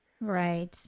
Right